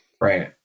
Right